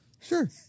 Sure